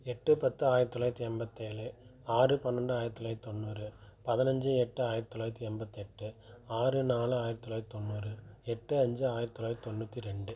எட்டு பத்து ஆயிரத்து தொள்ளாயிரத்தி எண்பத்தேழு ஆறு பன்னெண்டு ஆயிரத்தி தொள்ளாயிரத்தி தொண்ணூறு பதினஞ்சு எட்டு ஆயிரத்தி தொள்ளாயிரத்தி எண்பத்தி எட்டு ஆறு நாலு ஆயிரத்தி தொள்ளாயிரத்தி தொண்ணூறு எட்டு அஞ்சு ஆயிரத்தி தொள்ளாயிரத்தி தொண்ணூத்தி ரெண்டு